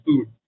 food